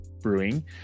Brewing